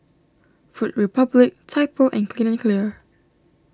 Food Republic Typo and Clean and Clear